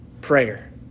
prayer